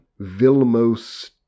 Vilmos